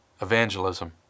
evangelism